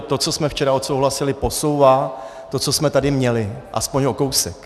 To, co jsme včera odsouhlasili, posouvá to, co jsme tady měli, aspoň o kousek.